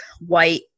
white